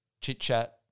chit-chat